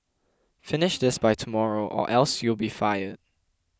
finish this by tomorrow or else you'll be fired